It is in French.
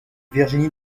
virginie